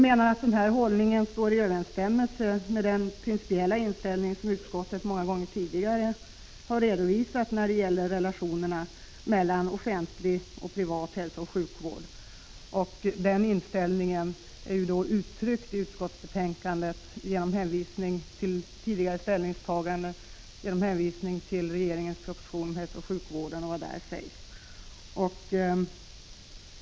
Denna hållning står i överensstämmelse med den principiella inställning som utskottet många gånger tidigare har redovisat när det gäller relationerna mellan offentlig och privat hälsooch sjukvård. Den inställningen ger man uttryck för i utskottsbetänkandet med hänvisning till tidigare ställningstaganden och med hänvisning till regeringens proposition om hälsooch sjukvård.